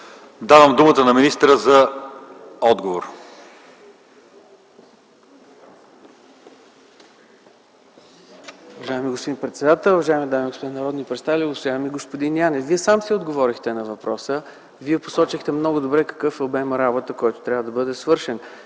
Давам думата на министъра за отговор.